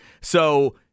So-